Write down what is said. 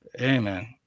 Amen